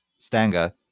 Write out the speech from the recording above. Stanga